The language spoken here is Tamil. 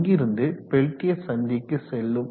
அங்கிருந்து பெல்டியர் சந்திக்கு செல்லும்